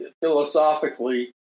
philosophically